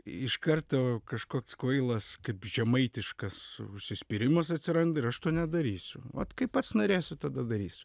iš karto kažkoks kvailas kaip žemaitiškas užsispyrimas atsiranda ir aš to nedarysiu ot kai pats norėsiu tada darysiu